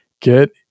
get